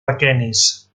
aquenis